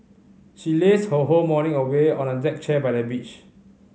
she lazed her whole morning away on a deck chair by the beach